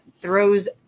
throws